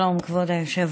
שלום, כבוד היושב-ראש.